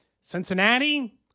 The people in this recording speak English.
Cincinnati